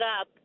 up